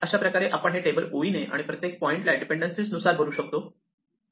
अशा प्रकारे आपण हे टेबल ओळीने आणि प्रत्येक पॉइंटला डिपेंडेन्सिज नुसार भरू शकतो